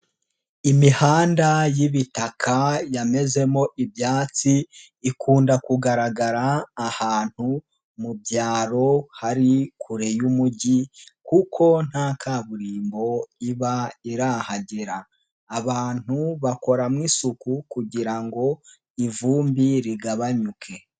Imihanda y'ibitaka yamezemo ibyatsi ikunda kugaragara ahantu mu byaro hari kure y'umujyi kuko nta kaburimbo iba irahagera, abantu bakoramo isuku kugira ngo ivumbi rigabanyuke.